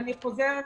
אני חוזרת שוב: